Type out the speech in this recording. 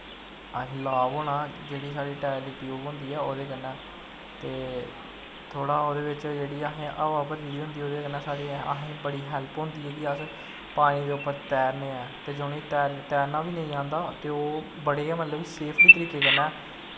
असें लाभ होना जेह्ड़ी साढ़ी टैर दी टयूब होंदी ओह्दै कन्नै ते थोह्ड़ी ओह्दे बिच्च असैं जेह्ड़ी हवा भरी दी होंदी ओह्दे कन्नै असें बड़ी हैल्प होंदी ऐ कि अस पानी दे उप्पर तैरने आं ते जिनें गी तैरना बी नी आंदा ओह् बड़ी गै मतलव कि सेफली तरीके कन्नै